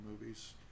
movies